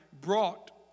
brought